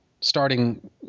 starting